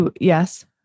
yes